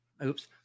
oops